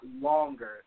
longer